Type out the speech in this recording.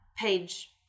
page